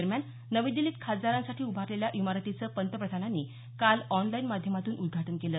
दरम्यान नवी दिल्लीत खासदारांसाठी उभारलेल्या इमारतींचं पंतप्रधानांनी काल ऑनलाईन माध्यमातून उद्घाटन केलं